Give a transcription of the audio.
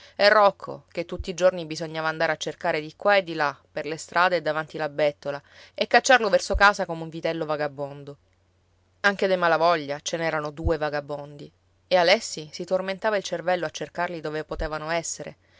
e rocco che tutti i giorni bisognava andare a cercare di qua e di là per le strade e davanti la bettola e cacciarlo verso casa come un vitello vagabondo anche dei malavoglia ce n'erano due vagabondi e alessi si tormentava il cervello a cercarli dove potevano essere